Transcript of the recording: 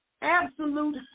absolute